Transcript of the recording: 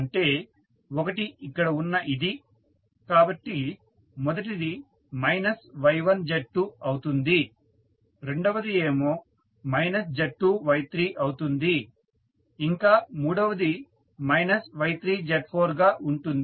అంటే ఒకటి ఇక్కడ ఉన్న ఇది కాబట్టి మొదటిది మైనస్ Y1 Z2 అవుతుంది రెండవది ఏమో మైనస్ Z2 Y3 అవుతుంది ఇంకా మూడవది మైనస్ Y3 Z4 గా ఉంటుంది